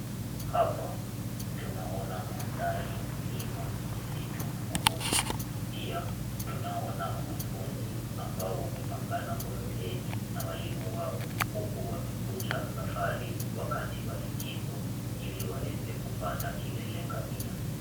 Hapa tunaona mandhari ya milima, misitu na mabonde. Pia tunaona wanafunzi ambao wamepangana kwa foleni na walimu wao huku wamekuja safari wakati wa likizo ili waweze kupanda kilele ngamia.